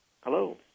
Hello